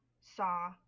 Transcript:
saw